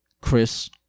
Chris